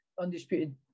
undisputed